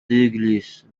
douglas